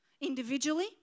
individually